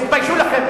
תתביישו לכם.